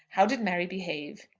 how did mary behave?